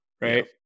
right